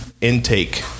intake